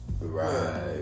Right